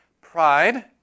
Pride